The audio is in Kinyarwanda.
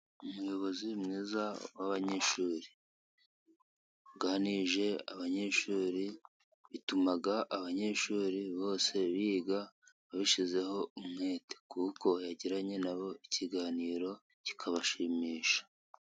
Umuyobozi mwiza w'abanyeshuri, iyo uganirije abanyeshuri bituma abanyeshuri bose biga bashyizeho umwete, kuko yagiranye nabo ikiganiro kikabashimisha.